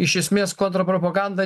iš esmės kontrpropaganda